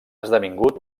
esdevingut